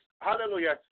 hallelujah